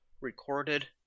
recorded